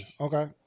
Okay